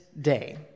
day